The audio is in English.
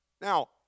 Now